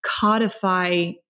codify